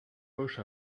poches